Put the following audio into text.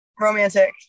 Romantic